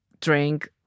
drink